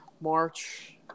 March